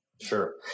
Sure